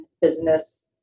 business